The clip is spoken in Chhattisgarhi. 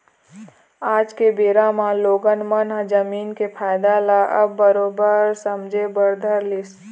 आज के बेरा म लोगन मन ह जमीन के फायदा ल अब बरोबर समझे बर धर लिस